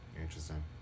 Interesting